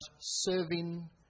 serving